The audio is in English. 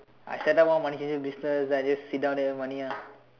I set up one money changer business I just sit down there money ah